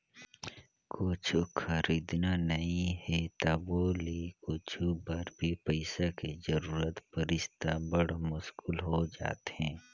कुछु खरीदना नइ हे तभो ले कुछु बर भी पइसा के जरूरत परिस त बड़ मुस्कुल हो जाथे